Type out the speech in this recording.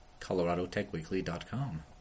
coloradotechweekly.com